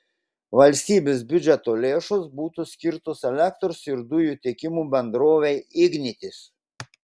valstybės biudžeto lėšos būtų skirtos elektros ir dujų tiekimo bendrovei ignitis